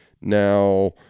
Now